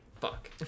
fuck